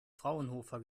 fraunhofer